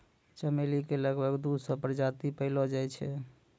चमेली के लगभग दू सौ प्रजाति पैएलो जाय छै